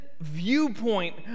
viewpoint